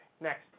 next